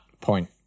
point